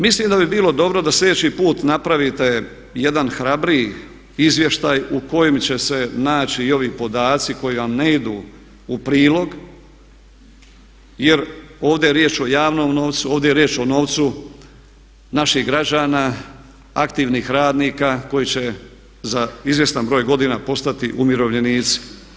Mislim da bi bilo dobro da sljedeći put napravite jedan hrabriji izvještaj u kojem će se naći i ovi podaci koji vam ne idu u prilog jer ovdje je riječ o javnom novcu, ovdje je riječ o novcu naših građana, aktivnih radnika koji će za izvjestan broj godina postati umirovljenici.